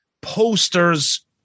posters